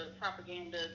propaganda